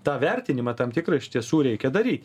tą vertinimą tam tikrą iš tiesų reikia daryt